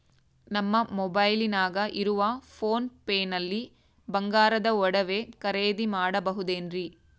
ನಮ್ಮ ಮೊಬೈಲಿನಾಗ ಇರುವ ಪೋನ್ ಪೇ ನಲ್ಲಿ ಬಂಗಾರದ ಒಡವೆ ಖರೇದಿ ಮಾಡಬಹುದೇನ್ರಿ?